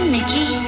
Nikki